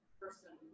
person